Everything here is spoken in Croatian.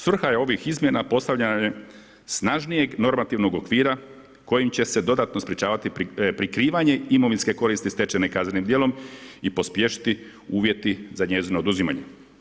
Svrha je ovih izmjena postavljanje snažnijeg normativnog okvira kojim će se dodatno sprečavati prikrivanje imovinske koristi stečene kaznenim djelom i pospješiti uvjeti za njezino oduzimanje.